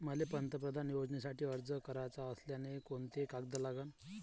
मले पंतप्रधान योजनेसाठी अर्ज कराचा असल्याने कोंते कागद लागन?